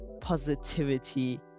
positivity